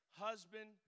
husband